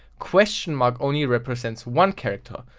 questionmark only represents one character.